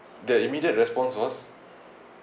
the immediate response was